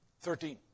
Thirteen